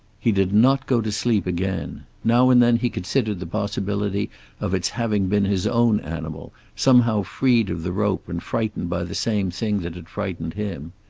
he did not go to sleep again. now and then he considered the possibility of its having been his own animal, somehow freed of the rope and frightened by the same thing that had frightened him.